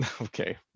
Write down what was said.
Okay